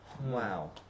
wow